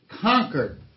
conquered